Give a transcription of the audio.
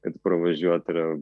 kad pravažiuoti yra